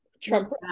Trump